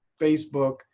Facebook